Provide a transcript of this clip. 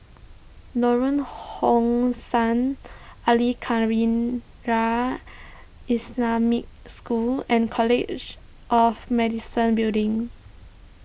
Lorong How Sun Al Khairiah Islamic School and College of Medicine Building